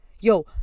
yo